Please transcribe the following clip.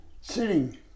Sitting